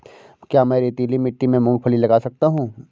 क्या मैं रेतीली मिट्टी में मूँगफली लगा सकता हूँ?